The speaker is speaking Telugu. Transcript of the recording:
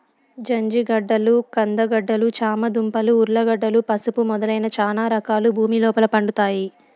జంజిగడ్డలు, కంద గడ్డలు, చామ దుంపలు, ఉర్లగడ్డలు, పసుపు మొదలైన చానా రకాలు భూమి లోపల పండుతాయి